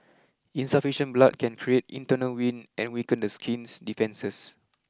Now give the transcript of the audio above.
insufficient blood can create internal wind and weaken the skin's defences